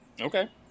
okay